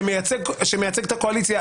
שמייצג את הקואליציה,